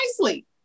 nicely